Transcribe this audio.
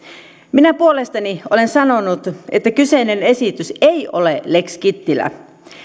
minä puolestani olen sanonut että kyseinen esitys ei ole lex kittilä